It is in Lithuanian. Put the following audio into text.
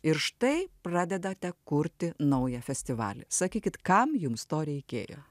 ir štai pradedate kurti naują festivalį sakykit kam jums to reikėjo